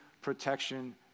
protection